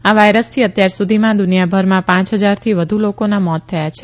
આ વાયરસથી અત્યાર સુધીમાં દુનિયાભરમાં પાંચ ફજારથી વુધ લોકોના મોત થથા છે